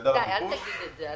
אל תגיד את זה.